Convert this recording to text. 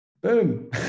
boom